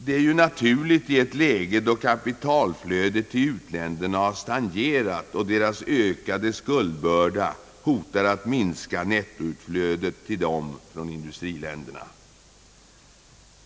Det är ju naturligt i ett läge, då kapitalflödet till u-länderna har stagnerat och deras ökade skuldbörda hotar att minska nettoutflödet till dem från industriländerna.